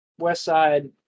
Westside